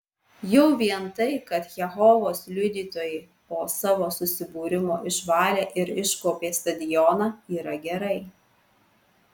jau vien tai kad jehovos liudytojai po savo susibūrimo išvalė ir iškuopė stadioną yra gerai